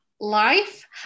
life